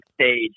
stage